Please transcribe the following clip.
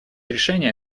решения